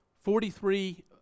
Forty-three